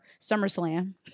SummerSlam